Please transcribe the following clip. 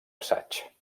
assaig